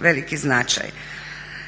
veliki značaj.